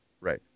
Right